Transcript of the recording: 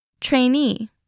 trainee